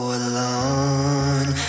alone